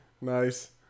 Nice